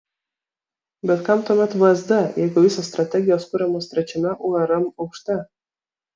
bet kam tuomet vsd jeigu visos strategijos kuriamos trečiame urm aukšte